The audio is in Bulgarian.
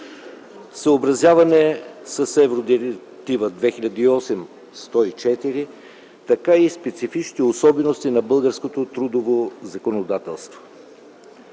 съобразяване с Евродиректива 2008/104, така и специфичните особености на българското трудово законодателство.